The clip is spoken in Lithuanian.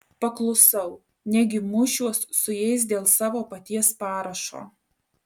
paklusau negi mušiuos su jais dėl savo paties parašo